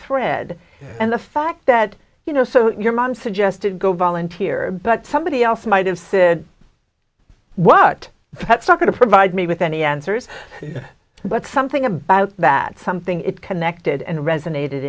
thread and the fact that you know so your mom suggested go volunteer but somebody else might have said what that's not going to provide me with any answers but something about that something it connected and resonate